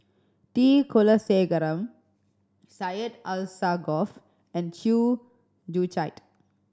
T Kulasekaram Syed Alsagoff and Chew Joo Chiat